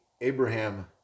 Abraham